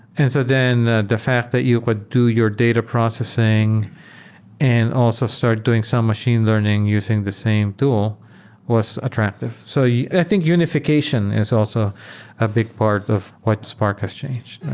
and so then the the fact that you could do your data processing and also start doing some machine learning using the same tool was attractive so i think unifi cation is also a big part of what spark has changed.